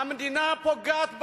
המדינה פוגעת בהם,